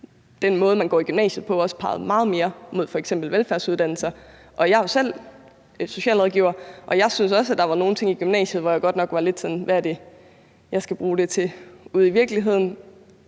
den måde, man går i gymnasiet på, også pegede meget mere mod f.eks. velfærdsuddannelserne. Jeg er jo selv socialrådgiver, og der var også nogle ting i gymnasiet, hvor jeg tænkte: Hvad skal jeg bruge det til ude i virkeligheden?